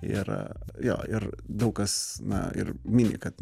ir jo ir daug kas na ir mini kad